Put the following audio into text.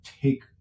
take